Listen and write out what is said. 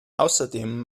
außerdem